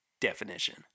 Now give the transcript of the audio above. definition